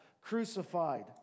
crucified